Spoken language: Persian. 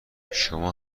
شمام